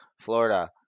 Florida